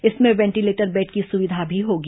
इसमें ventilator bed की सुविधा भी होगी